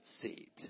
seat